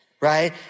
right